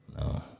no